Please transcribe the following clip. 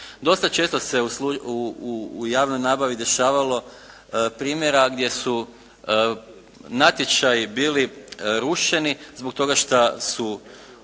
Dosta često se u javnoj nabavi dešavalo primjera gdje su natječaji bili rušeni zbog toga što su oni